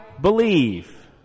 believe